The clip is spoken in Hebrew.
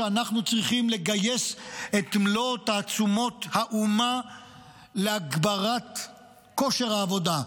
כשאנחנו צריכים לגייס את מלוא תעצומות האומה להגברת כושר העבודה,